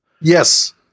Yes